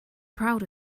proud